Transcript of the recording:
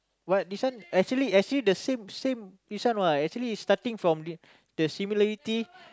what this one actually actually the same same this one what actually starting from the the similarity